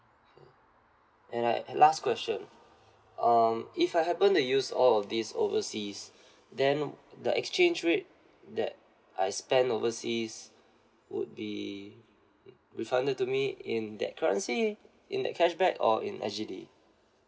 alright last question um if I happen to use all of these overseas then the exchange rate that I spent overseas would be uh refunded to me in that currency in a cashback or in S_G_D